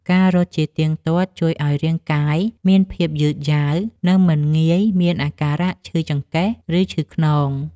ការរត់ជាទៀងទាត់ជួយឱ្យរាងកាយមានភាពយឺតយ៉ាវ និងមិនងាយមានអាការៈឈឺចង្កេះ ឬឈឺខ្នង។